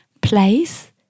place